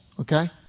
okay